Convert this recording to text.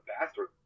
bathroom